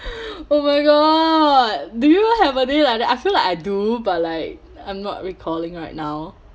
oh my god do you have a day like that I feel like I do but like I'm not recalling right now